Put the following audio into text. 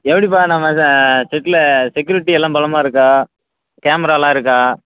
எப்படிப்பா நம்ம ஷெட்ல செக்யூரிட்டி எல்லாம் பலமாக இருக்கா கேமராலாம் இருக்கா